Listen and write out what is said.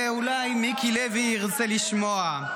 ואולי מיקי לוי ירצה לשמוע.